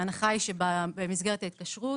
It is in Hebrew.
ההנחה היא שבמסגרת ההתקשרות,